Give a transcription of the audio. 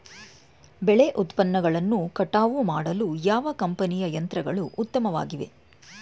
ಬೆಳೆ ಉತ್ಪನ್ನಗಳನ್ನು ಕಟಾವು ಮಾಡಲು ಯಾವ ಕಂಪನಿಯ ಯಂತ್ರಗಳು ಉತ್ತಮವಾಗಿವೆ?